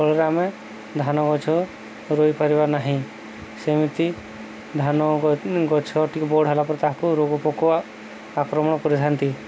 ଫଳରେ ଆମେ ଧାନ ଗଛ ରୋଇ ପାରିବା ନାହିଁ ସେମିତି ଧାନ ଗଛ ଟିକେ ବଡ଼ ହେଲା ପରେ ତାହାକୁ ରୋଗ ପୋକ ଆକ୍ରମଣ କରିଥାନ୍ତି